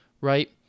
right